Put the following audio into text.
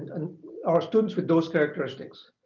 and or students with those characteristics.